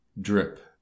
Drip